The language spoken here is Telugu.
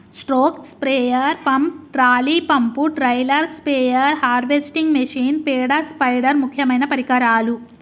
stroke sprayer pump, trolley pump, trailer sprayer, harvesting machine, పేడ స్పైడర్ ముక్యమైన పరికరాలు